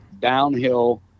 downhill